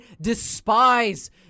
despise